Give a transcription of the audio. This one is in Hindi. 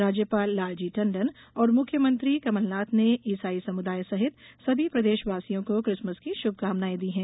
राज्यपाल लालजी टंडन और मुख्यमंत्री कमलनाथ ने इसाई समुदाय सहित सभी प्रदेशवासियों को क्रिसमस की श्भकामनायें दी हैं